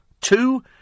Two